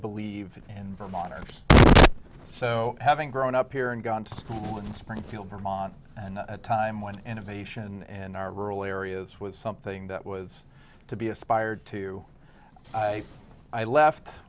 believe in vermont and so having grown up here and gone to school in springfield vermont and a time when innovation in our rural areas was something that was to be aspired to i i left